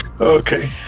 Okay